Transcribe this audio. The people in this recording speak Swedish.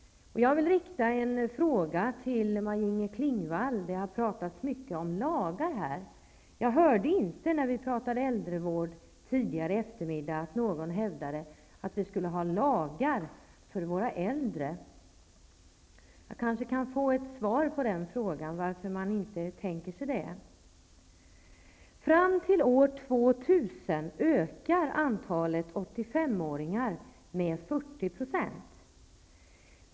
Jag vill ställa en fråga till Maj-Inger Klingvall. Det har talats så mycket om behovet av lagar för barnomsorgen. Men när det förut talades om äldrevården hörde jag inte någon hävda att vi skulle behöva lagar för vår äldreomsorg. Kanske kan jag få svar på frågan varför man inte tänker sig detta.